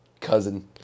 cousin